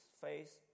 face